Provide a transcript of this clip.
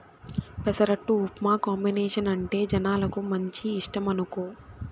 పెసరట్టు ఉప్మా కాంబినేసనంటే జనాలకు మంచి ఇష్టమనుకో